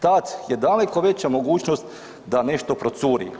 Tada je daleko veća mogućnost da nešto procuri.